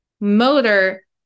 motor